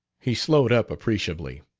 he slowed up appreciably.